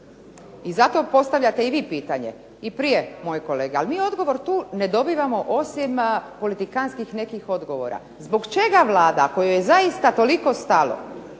I zato postavljate i vi pitanje i prije moji kolege. Ali mi odgovor tu ne dobivamo osim politikanskih nekih odgovora. Zbog čega Vlada ako joj je zaista toliko stalo